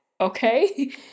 okay